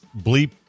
bleep